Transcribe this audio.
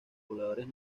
pobladores